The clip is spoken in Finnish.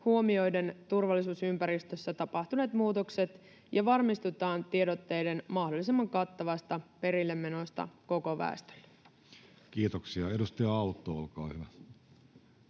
huomioiden turvallisuusympäristössä tapahtuneet muutokset ja varmistutaan tiedotteiden mahdollisimman kattavasta perillemenosta koko väestölle. [Speech 19] Speaker: Jussi Halla-aho